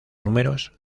números